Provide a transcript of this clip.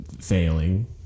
failing